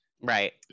Right